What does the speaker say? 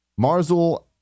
Marzul